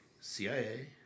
CIA